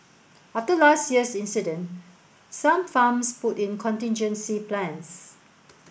after last year's incident some farms put in contingency plans